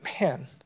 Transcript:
man